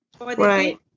Right